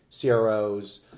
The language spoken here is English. CROs